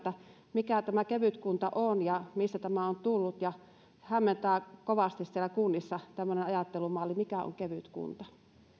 mikä tämä kevytkunta on ja mistä tämä on tullut hämmentää kovasti siellä kunnissa tämmöinen ajattelumalli mikä on kevytkunta